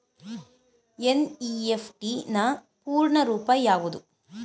NEFT ನ ಪೂರ್ಣ ರೂಪ ಯಾವುದು?